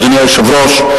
אדוני היושב-ראש,